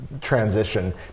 transition